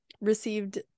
received